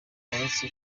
uretse